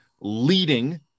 leading